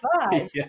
five